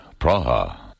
Praha